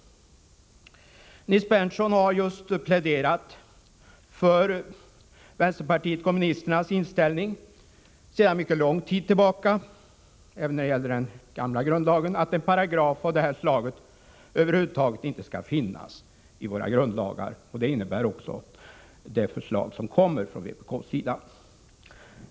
Nils Berndtson har just pläderat för vänsterpartiet kommunisternas inställning sedan lång tid tillbaka — även under den gamla grundlagen — att en paragraf av det här slaget över huvud taget inte skall finnas i våra grundlagar.